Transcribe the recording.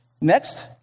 Next